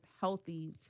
healthy